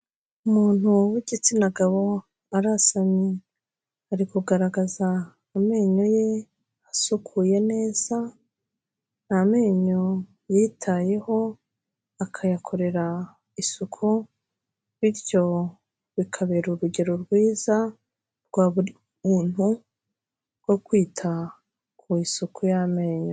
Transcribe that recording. Umuntu w'igitsina gabo, arasamye, ari kugaragaza amenyo ye, asukuye neza, ni amenyo yitayeho, akayakorera isuku, bityo bikabera urugero rwiza, rwa buri muntu, rwo kwita ku isuku y'amenyo.